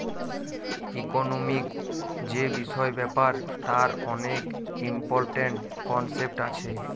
economic যে বিষয় ব্যাপার তার অনেক ইম্পরট্যান্ট কনসেপ্ট আছে